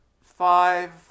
five